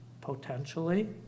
potentially